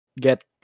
get